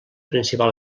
principal